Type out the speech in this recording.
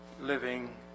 living